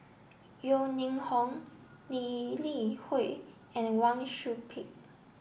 Yeo Ning Hong Lee Li Hui and Wang Sui Pick